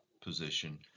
position